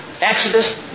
Exodus